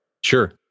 Sure